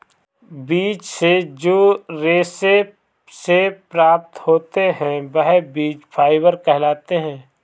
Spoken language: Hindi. बीज से जो रेशे से प्राप्त होते हैं वह बीज फाइबर कहलाते हैं